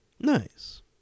Nice